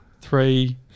three